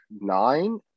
nine